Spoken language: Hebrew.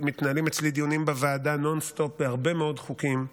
מתנהלים אצלי דיונים בוועדה נון סטופ בהרבה מאוד חוקים.